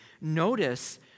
notice